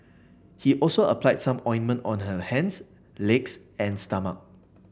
he also applied some ointment on her hands legs and stomach